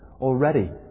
already